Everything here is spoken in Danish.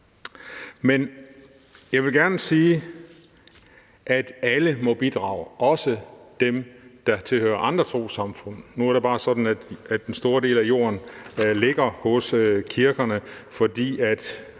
Men jeg vil gerne sige, at alle må bidrage, også dem, der tilhører andre trossamfund. Nu er det bare sådan, at en stor del af jorden ligger hos kirkerne, fordi